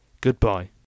Goodbye